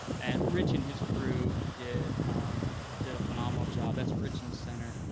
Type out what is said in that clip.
and rich and his crew did did a phenomenal job. that's rich in the center,